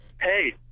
hey